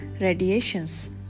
radiations